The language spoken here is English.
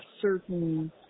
certain